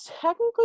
technically